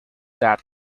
that